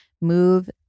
move